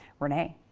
renee?